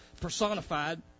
personified